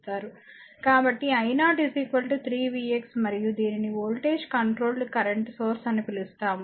కాబట్టి i0 3 vx మరియు దీనిని వోల్టేజ్ కంట్రోల్డ్ కరెంట్ సోర్స్ అని పిలుస్తాము